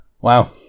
Wow